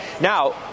Now